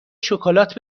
شکلات